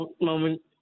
moment